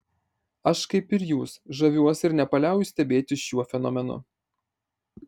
aš kaip ir jūs žaviuosi ir nepaliauju stebėtis šiuo fenomenu